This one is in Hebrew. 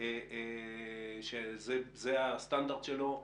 שזה הסטנדרט שלו,